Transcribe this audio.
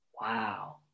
Wow